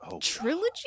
trilogy